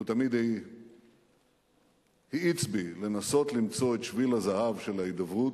והוא תמיד האיץ בי לנסות למצוא את שביל הזהב של ההידברות.